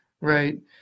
Right